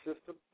system